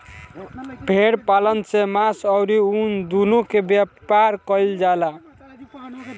भेड़ पालन से मांस अउरी ऊन दूनो के व्यापार कईल जाला